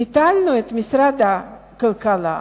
ביטלנו את משרד הכלכלה,